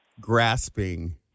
grasping